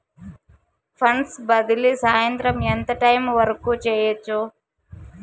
funds బదిలీ సాయంత్రం ఎంత టైము వరకు చేయొచ్చు